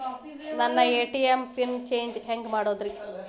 ನನ್ನ ATM PIN change ಹೆಂಗ್ ಮಾಡೋದ್ರಿ?